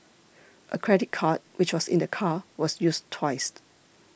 a credit card which was in the car was used twice